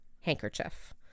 handkerchief